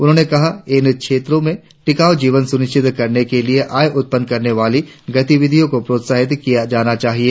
उन्होंने कहा इन क्षेत्रों में टिकाऊ जीवन सुनिश्चित करने के लिए आय उत्पन्न करने वाली गतिविधियों को प्रोत्साहित किया जाना चाहिए